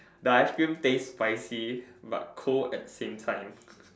the ice cream taste spicy but cold at the same time